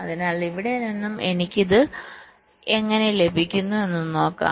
അതിനാൽ ഇവിടെ നിന്ന് എനിക്ക് ഇത് എങ്ങനെ ലഭിക്കുന്നു എന്ന് നോക്കാം